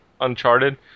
Uncharted